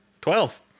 Twelve